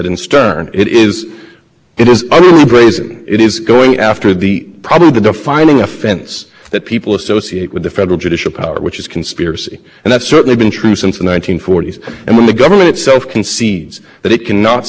for conspiracy to violate the laws of war nothing in the constitution precludes that shared judgment congress did not babycakes conspiracy from whole cloth and that's true in at least two important senses first congress's judgment is consistent with the